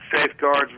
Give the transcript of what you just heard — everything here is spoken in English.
safeguards